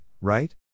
right